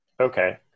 Okay